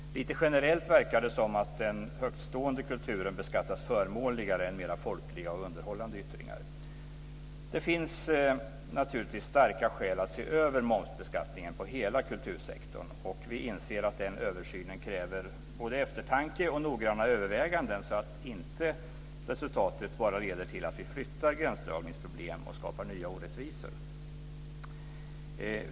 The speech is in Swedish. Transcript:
Lite generellt verkar det som att den högtstående kulturen beskattas förmånligare än mera folkliga och underhållande yttringar. Det finns naturligtvis starka skäl att se över momsbeskattningen på hela kultursektorn. Vi inser att den översynen kräver både eftertanke och noggranna överväganden så att resultatet inte bara blir att vi flyttar gränsdragningsproblem och skapar nya orättvisor.